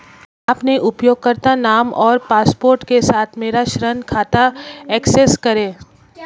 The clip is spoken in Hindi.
अपने उपयोगकर्ता नाम और पासवर्ड के साथ मेरा ऋण खाता एक्सेस करें